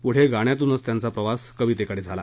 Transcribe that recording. पुढे गाण्यातूनच त्यांचा प्रवास कवितेकडे झाला